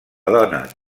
dona